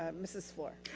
um mrs. fluor.